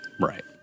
Right